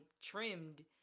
trimmed